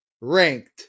ranked